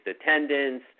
attendance